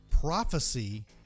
prophecy